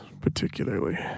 particularly